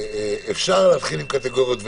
שאפשר להתחיל עם קטגוריות,